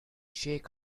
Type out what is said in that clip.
shake